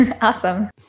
Awesome